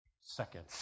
seconds